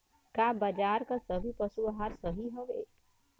का बाजार क सभी पशु आहार सही हवें?